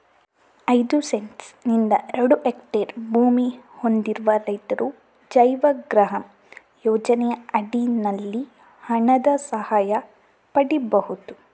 ಐದು ಸೆಂಟ್ಸ್ ನಿಂದ ಎರಡು ಹೆಕ್ಟೇರ್ ಭೂಮಿ ಹೊಂದಿರುವ ರೈತರು ಜೈವಗೃಹಂ ಯೋಜನೆಯ ಅಡಿನಲ್ಲಿ ಹಣದ ಸಹಾಯ ಪಡೀಬಹುದು